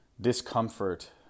discomfort